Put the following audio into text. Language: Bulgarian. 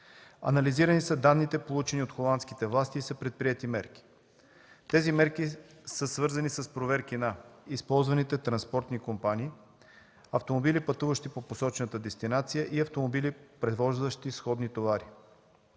Анализирани са данните, получени от холандските власти и са предприети мерки. Тези мерки са свързани с проверки на: използваните транспортни компании, автомобили, пътуващи по посочената дестинация, и автомобили, превозващи сходни товари.